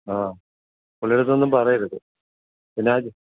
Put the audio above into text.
ആ പുള്ളിടടുത്തൊന്നും പറയരുത് പിന്നെ ആ